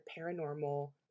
paranormal